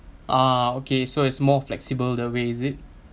ah okay so it's more flexible the way is it